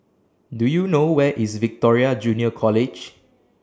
Do YOU know Where IS Victoria Junior College